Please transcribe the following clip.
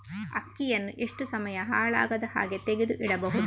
ಅಕ್ಕಿಯನ್ನು ಎಷ್ಟು ಸಮಯ ಹಾಳಾಗದಹಾಗೆ ತೆಗೆದು ಇಡಬಹುದು?